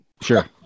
Sure